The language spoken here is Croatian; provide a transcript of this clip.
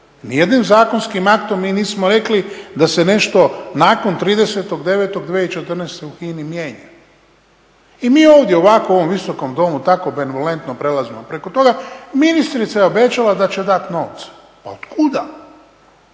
jednim zakonskim aktom mi nismo rekli da se nešto nakon 30.9.2014. u HINA-i mijenja. I mi ovdje ovako u ovom Visokom domu tako benevolentno prelazimo preko toga, ministrica je obećala da će dati novce. Pa otkuda?